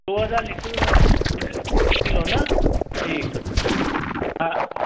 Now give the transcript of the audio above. हू अञा हिकु हिकु किलो न ठीकु आहे हा